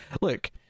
Look